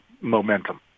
momentum